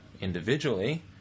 individually